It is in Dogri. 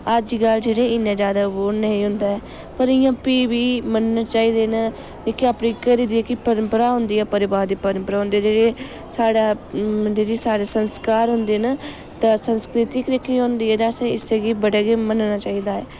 अज्जकल जेह्ड़े इन्ने ज्यादा ओह् नेईं होंदा ऐ पर फ्ही बी मन्नने चाहिदे न जेह्के अपने घर दी जेह्की परम्परा होंदी ऐ परिवारिक परम्परा होंदी ऐ जेह्ड़े साढ़े जेह्ड़े साढ़े संस्कार होंदे न ते संस्कृति जेह्की होंदी ऐ ते असें इस्सै गै बड़े मनन्ना चाहिदा ऐ